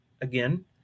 again